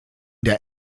der